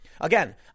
Again